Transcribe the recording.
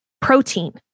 protein